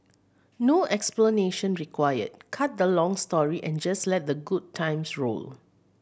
no explanation required cut the long story and just let the good times roll